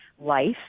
life